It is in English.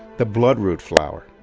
the bloodroot flower.